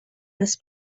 this